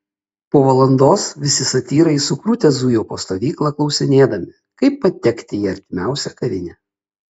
po valandos visi satyrai sukrutę zujo po stovyklą klausinėdami kaip patekti į artimiausią kavinę